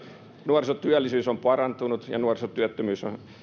nuorisotyöllisyys on parantunut ja nuorisotyöttömyys on